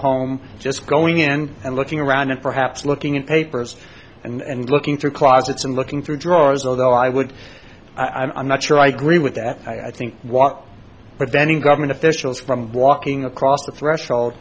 home just going in and looking around and perhaps looking at papers and looking through closets and looking through drawers although i would i'm not sure i agree with that i think what preventing government officials from walking across the threshold